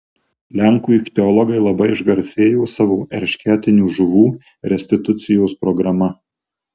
lenkų ichtiologai labai išgarsėjo savo eršketinių žuvų restitucijos programa